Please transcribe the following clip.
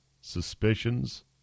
suspicions